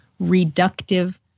reductive